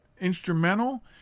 instrumental